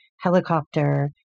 helicopter